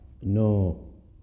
No